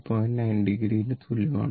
9 o ന് തുല്യമാണ്